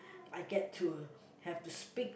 I get to have to speak